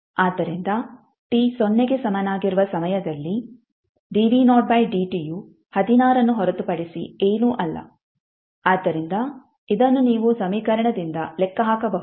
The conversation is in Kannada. ಆದ್ದರಿಂದ t ಸೊನ್ನೆಗೆ ಸಮನಾಗಿರುವ ಸಮಯದಲ್ಲಿ ಯು 16 ಅನ್ನು ಹೊರತುಪಡಿಸಿ ಏನೂ ಅಲ್ಲ ಆದ್ದರಿಂದ ಇದನ್ನು ನೀವು ಸಮೀಕರಣದಿಂದ ಲೆಕ್ಕ ಹಾಕಬಹುದು